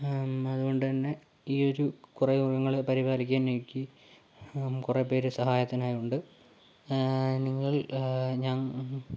അതുകൊണ്ടുതന്നെ ഈയൊരു കുറേ മൃഗങ്ങളെ പരിപാലിക്കാൻ എനിക്ക് കുറേ പേർ സഹായത്തിനായി ഉണ്ട് നിങ്ങൾ